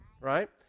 right